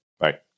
Right